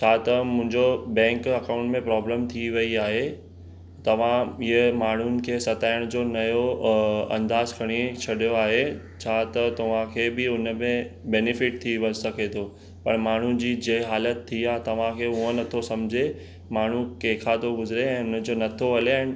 छा त मुंहिंजो बैंक अकाउंट में प्रॉब्लम थी वई आहे तव्हां इहे माण्हुनि खे सताइण जो नयो अंदाज़ खणी छॾियो आहे छा त तव्हांखे बि हुनमें बेनिफिट थी सघे थो पर माण्हुनि जी जे हालति थी आहे तव्हांखे उहो नथो सम्झे माण्हू कंहिंखां थो गुज़रे हिन जो नथो हले ऐं